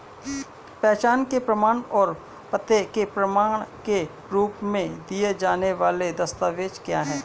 पहचान के प्रमाण और पते के प्रमाण के रूप में दिए जाने वाले दस्तावेज क्या हैं?